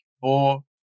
Four